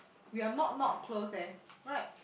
we are not not close eh right